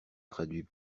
traduit